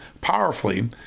powerfully